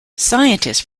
scientists